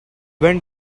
when